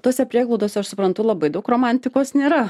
tose prieglaudose aš suprantu labai daug romantikos nėra